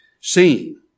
seen